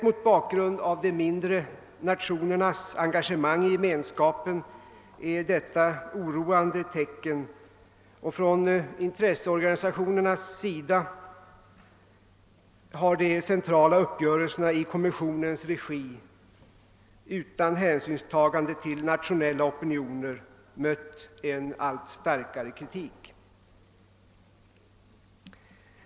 Mot bakgrunden av de mindre nationernas engagemang i Gemenskapen är detta ett oroande tecken, och från intresseorganisationernas sida har de centrala uppgörelserna i kommissionens regi utan hänsynstagande till nationella opinioner mött en allt starkare kritik.